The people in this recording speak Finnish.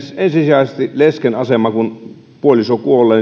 ensisijaisesti lesken aseman turvaaminen kun puoliso kuolee